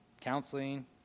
Counseling